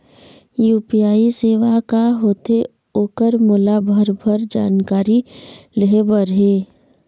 UPI सेवा का होथे ओकर मोला भरभर जानकारी लेहे बर हे?